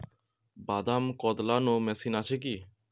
বাদাম কদলানো মেশিন আছেকি?